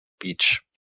Beach